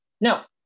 Now